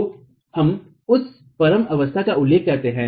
तो हम उस परम अवस्था का उल्लेख करते हैं